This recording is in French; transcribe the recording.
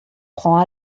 prend